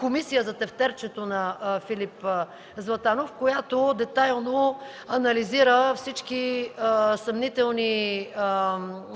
„Комисия за тефтерчето на Филип Златанов”, която детайлно анализира всички съмнителни